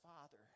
father